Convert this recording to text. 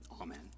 Amen